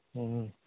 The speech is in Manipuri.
ꯎꯝ